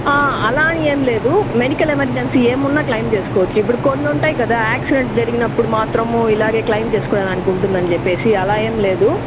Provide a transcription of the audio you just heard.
అలా అని ఏమి లేదు మెడికల్ ఎమర్జెన్సీ ఏమ్మున్నా క్లెయిమ్ చేసుకోవచ్చు ఇప్పుడు కొన్ని ఉంటాయి కదా యాక్సిడెంట్ జరిగినప్పుడు మాత్రము ఇలాగే క్లెయిమ్ చేసుకునే దానికి ఉంటుంది అని చెప్పేసి అలా ఏమి లేదు